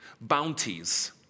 Bounties